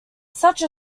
such